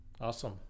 Awesome